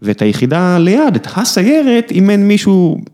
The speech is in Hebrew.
‫ואת היחידה ליד, את הסיירת, ‫אם אין מישהו...